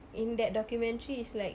in that documentary is like